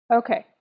okay